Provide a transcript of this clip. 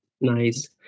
Nice